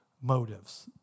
motives